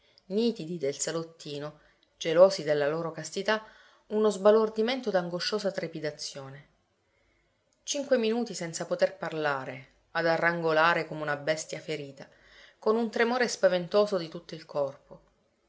nitidi del salottino gelosi della loro castità uno sbalordimento d'angosciosa trepidazione cinque minuti senza poter parlare ad arrangolare come una bestia ferita con un tremore spaventoso di tutto il corpo